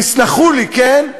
אבל, תסלחו לי, כן?